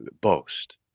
boast